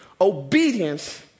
Obedience